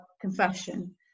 confession